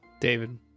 david